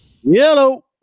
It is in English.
yellow